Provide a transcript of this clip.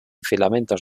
filamentos